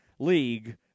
League